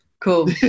Cool